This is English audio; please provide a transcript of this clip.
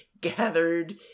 gathered